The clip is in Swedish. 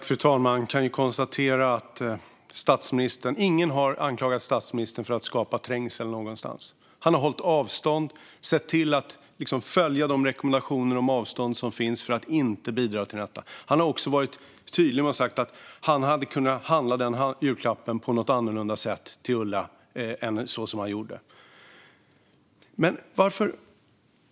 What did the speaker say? Fru talman! Jag kan konstatera att ingen har anklagat statsministern för att skapa trängsel någonstans. Han har hållit avstånd och sett till att följa de rekommendationer om avstånd som finns för att inte bidra till detta. Han har också varit tydlig med att han hade kunnat handla den här julklappen till Ulla på något annat sätt än så som han gjorde.